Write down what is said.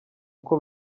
uko